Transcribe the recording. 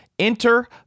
Enter